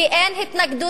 כי אין התנגדות